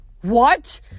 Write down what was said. What